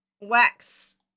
Wax